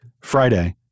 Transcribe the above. Friday